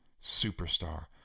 superstar